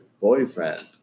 boyfriend